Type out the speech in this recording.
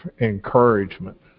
encouragement